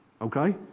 Okay